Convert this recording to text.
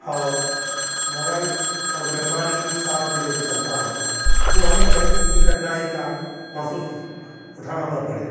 और मोबाइल और मैं पानी साथ में लेकर चलता हूँ जो हमें कहीं भी कठिनाई का महसूस उठाना न पड़े